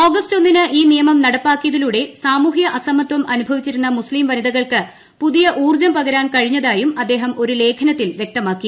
August ഒന്നിന് ഈ നിയമം നടപ്പാക്കിയതിലൂടെ സാമൂഹ്യ അസമത്വം അനുഭവിച്ചിരുന്ന മുസ്തിം വനിതകൾക്ക് പുതിയ ഊർജം പകരാൻ കഴിഞ്ഞതായും അദ്ദേഹം ഒരു ലേഖനത്തിൽ വ്യക്തമാക്കി